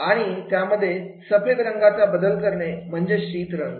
आणि त्यामध्ये सफेद रंगाचा बदल करणे म्हणजेच शीत रंग